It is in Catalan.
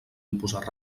imposar